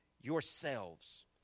yourselves